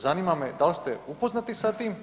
Zanima me da li ste upoznati sa tim?